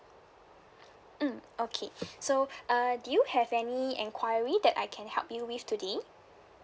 mm okay so uh do you have any enquiry that I can help you with today